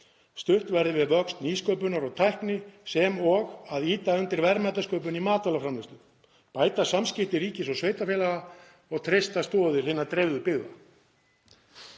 stutt verði við vöxt nýsköpunar og tækni sem og að ýta undir verðmætasköpun í matvælaframleiðslu, bæta samskipti ríkis og sveitarfélaga og treysta stoðir hinna dreifðu byggða.